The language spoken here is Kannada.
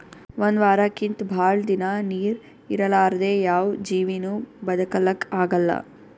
ಒಂದ್ ವಾರಕ್ಕಿಂತ್ ಭಾಳ್ ದಿನಾ ನೀರ್ ಇರಲಾರ್ದೆ ಯಾವ್ ಜೀವಿನೂ ಬದಕಲಕ್ಕ್ ಆಗಲ್ಲಾ